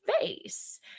face